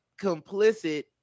complicit